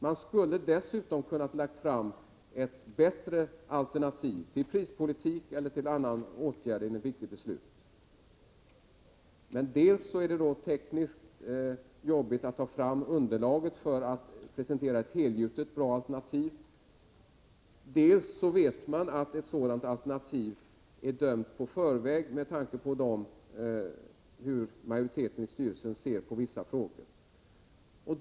Man skulle dessutom kunna lägga fram ett bättre alternativ till prispolitik eller någon åtgärd i ett viktigt beslut, men dels är det tekniskt svårt att ta fram underlaget för att presentera ett helgjutet bra alternativ, dels vet man att ett sådant alternativ är dömt i förväg med tanke på hur majoriteten i styrelsen ser på vissa frågor.